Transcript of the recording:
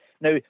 Now